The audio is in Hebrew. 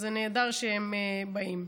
אז זה נהדר שהם באים.